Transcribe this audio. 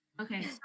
Okay